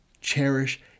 cherish